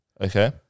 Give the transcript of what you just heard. okay